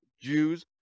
Jews